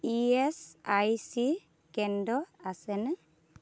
E S I C কেন্দ্ৰ আছেনে